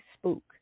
spook